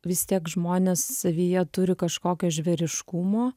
vis tiek žmonės savyje turi kažkokio žvėriškumo